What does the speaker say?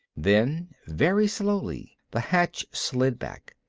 then, very slowly, the hatch slid back.